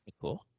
cool